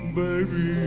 baby